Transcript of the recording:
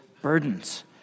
burdens